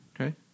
Okay